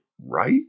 right